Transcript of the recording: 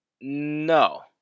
No